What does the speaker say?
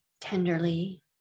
Tenderly